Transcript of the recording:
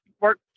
work